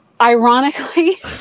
ironically